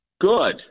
Good